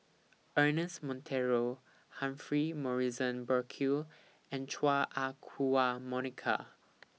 Ernest Monteiro Humphrey Morrison Burkill and Chua Ah Huwa Monica